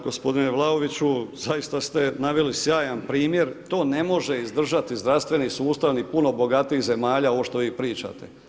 Gospodine Vlaoviću, zaiste naveli sjajan primjer, to ne može izdržati zdravstveni sustav ni puno bogatijih zemalja ovo što vi pričate.